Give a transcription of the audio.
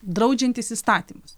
draudžiantys įstatymus